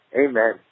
Amen